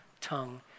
tongue